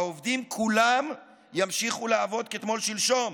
העובדים כולם ימשיכו לעבוד כתמול שלשום,